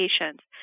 patients